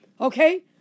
Okay